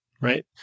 right